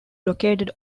located